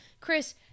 Chris